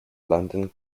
london